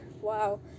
Wow